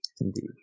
Indeed